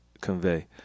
convey